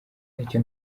nacyo